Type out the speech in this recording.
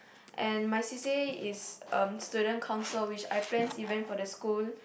and my C_C_A is um student council which I planned events for the school